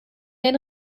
den